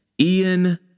Ian